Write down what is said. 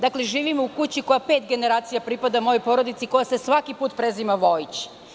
Dakle, živim u kući koja pet generacija pripada mojoj porodici, koja se svaki put preziva Vojić.